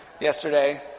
yesterday